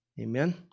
Amen